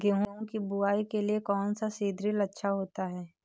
गेहूँ की बुवाई के लिए कौन सा सीद्रिल अच्छा होता है?